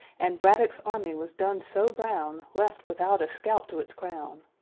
and braddock's army was done so brown, left without a scalp to its crown.